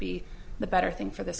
be the better thing for this